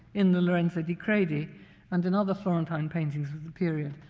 in the lorenzo di credi and in other florentine paintings of the period,